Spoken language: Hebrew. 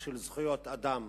של זכויות אדם,